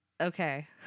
okay